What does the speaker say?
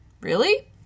Really